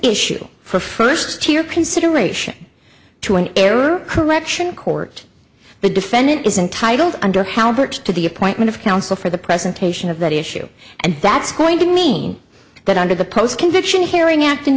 issue for a first tier consideration to an error correction court the defendant is entitled under how hurt to the appointment of counsel for the presentation of that issue and that's going to mean that under the post conviction hearing act in